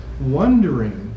wondering